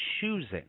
choosing